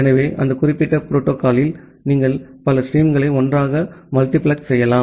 எனவே அந்த குறிப்பிட்ட புரோட்டோகால்யில் நீங்கள் பல ஸ்ட்ரீம்களை ஒன்றாக மல்டிபிளக்ஸ் செய்யலாம்